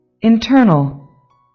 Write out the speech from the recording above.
Internal